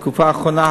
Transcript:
בתקופה האחרונה,